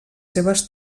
seves